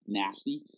nasty